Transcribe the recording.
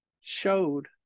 showed